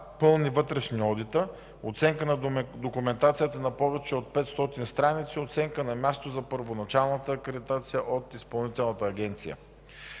пълни вътрешни одита, оценка на документацията на повече от 500 страници, оценка на мястото за първоначалната акредитация на Изпълнителната агенция.